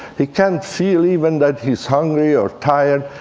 he can't feel even that he's hungry or tired.